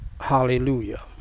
Hallelujah